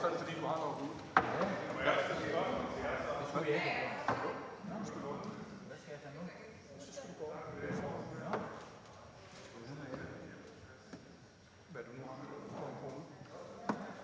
Hvad er der